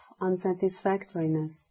unsatisfactoriness